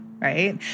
right